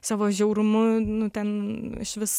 savo žiaurumu nu ten išvis